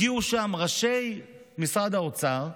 הגיעו לשם ראשי משרד האוצר,